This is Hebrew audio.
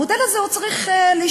המודל הזה עוד צריך להשתכלל,